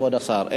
כבוד השר.